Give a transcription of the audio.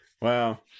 Wow